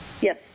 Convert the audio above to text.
Yes